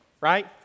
right